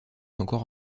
encore